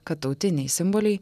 kad tautiniai simboliai